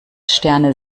sterne